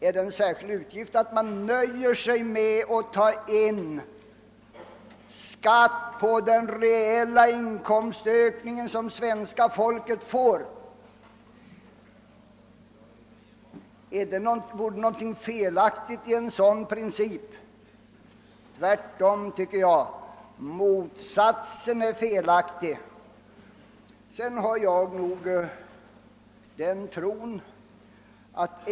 Är det en särskild utgift att nöja sig med att ta in skatt på den reella inkomstökning som svenska folket får och inte ta emot pengar för luft? Vore det någonting felaktigt att tillämpa en sådan princip? Jag tycker snarare att motsatsen vore felaktig.